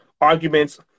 arguments